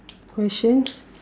questions